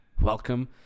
Welcome